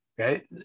Okay